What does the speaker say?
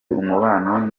umubano